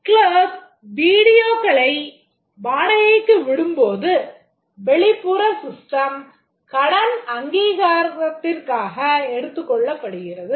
Clerk வீடியோக்களை வாடகைக்கு விடும்போது வெளிப்புற system கடன் அங்கீகாரத்திற்காக எடுத்துக்கொள்ளப்படுகிறது